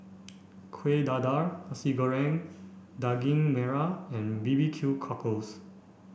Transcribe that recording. Kueh Dadar Nasi Goreng Daging Merah and B B Q Cockle